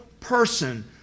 person